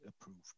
approved